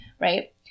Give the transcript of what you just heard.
Right